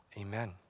amen